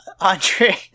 Andre